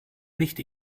nicht